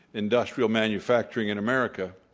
industrial manufacturing in america,